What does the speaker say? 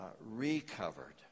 recovered